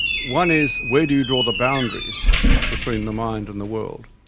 one is, where do you draw the boundaries between the mind and the world?